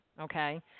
okay